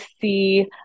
see